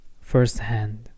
firsthand